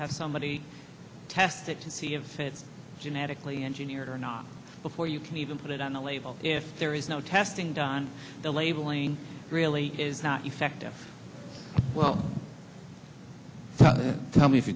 have somebody test it to see if it's genetically engineered or not before you can even put it on a label if there is no testing done the labeling really is not effective well tell me if you